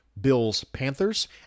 Bills-Panthers